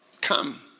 Come